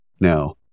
Now